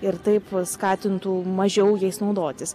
ir taip skatintų mažiau jais naudotis